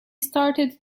started